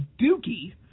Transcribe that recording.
Dookie